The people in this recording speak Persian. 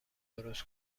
درست